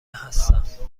هستم